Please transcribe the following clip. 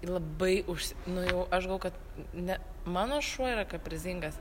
ji labai usi nu jau aš galvou kad ne mano šuo yra kaprizingas